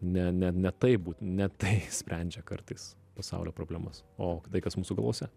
ne ne ne taip būt ne tai sprendžia kartais pasaulio problemas o tai kas mūsų galvose